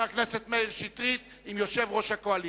הכנסת מאיר שטרית עם יושב-ראש הקואליציה.